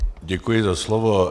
Děkuji za slovo.